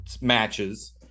matches